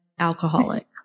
Alcoholic